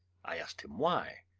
i asked him why,